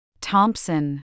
Thompson